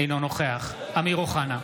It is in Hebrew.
אינו נוכח אמיר אוחנה,